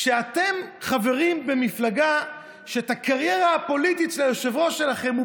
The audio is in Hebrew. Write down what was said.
כשאתם חברים במפלגה שאת הקריירה הפוליטית של היושב-ראש שלכם הוא